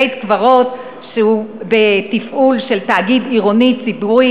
בית-קברות שהוא בתפעול של תאגיד עירוני ציבורי,